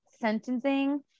sentencing